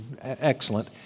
excellent